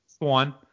One